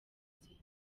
abatutsi